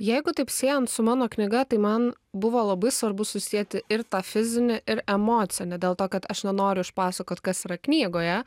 jeigu taip siejant su mano knyga tai man buvo labai svarbu susieti ir tą fizinį ir emocinį dėl to kad aš nenoriu išpasakot kas yra knygoje